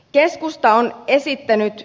keskusta on esittänyt